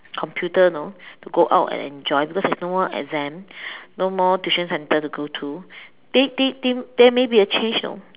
computer you know to go out and enjoy because there is no more exam no more tuition centre to go to they they there may be a change you know